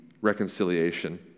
reconciliation